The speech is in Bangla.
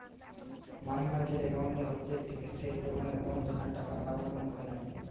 মানি মার্কেট একাউন্ট হচ্ছে একটি সেফ রকমের একাউন্ট যেখানে টাকা হারাবার কোনো ভয় নাই